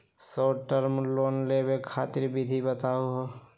Short term loan लेवे खातीर विधि बताहु हो?